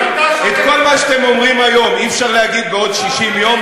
את כל מה שאתם אומרים היום אי-אפשר להגיד בעוד 60 יום,